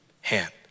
hand